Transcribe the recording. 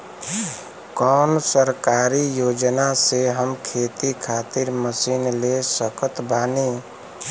कौन सरकारी योजना से हम खेती खातिर मशीन ले सकत बानी?